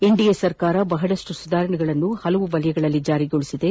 NDA ಸರ್ಕಾರ ಬಹಳಷ್ನು ಸುಧಾರಣೆಗಳನ್ನು ಹಲವು ವಲಯಗಳಲ್ಲಿ ಜಾರಿ ಮಾದಿದೆ